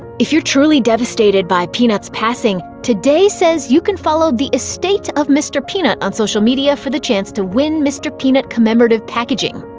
if you're truly devastated by peanut's passing, today says you can follow the estate of mr. peanut on social media for the chance to win mr. peanut commemorative packaging.